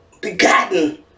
begotten